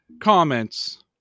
comments